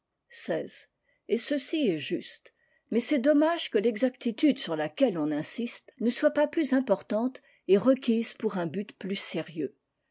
et ceci est juste mais c'est dommage que l'exactitude sur laquelle on insiste ne soit pas plus importante et requise pour un but plus sérieux